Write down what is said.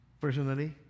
Personally